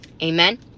Amen